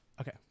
Okay